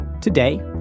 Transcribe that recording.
Today